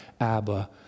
Abba